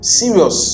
serious